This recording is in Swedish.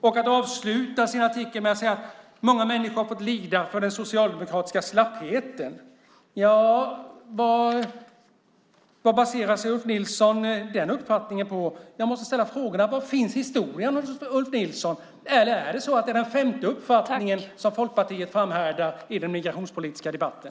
Ulf Nilsson avslutar sin artikel med att säga att många människor har fått lida för den socialdemokratiska slappheten. Vad baserar han den uppfattningen på? Jag måste ställa en del frågor. Var finns historien hos Ulf Nilsson? Eller är det här den femte uppfattning som Folkpartiet framhärdar med i den migrationspolitiska debatten?